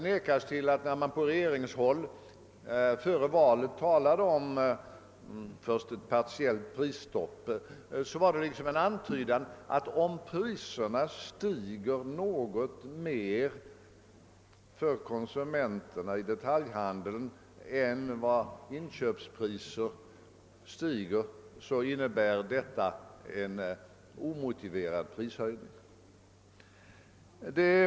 När man på regeringshåll före valet talade om ett till en början partiellt prisstopp, fanns det onekligen en antydan om att ifall priserna i detaljhandeln för konsumenterna steg mer än detaljhandelns inköpspriser, så innebar detta en omotiverad prishöjning.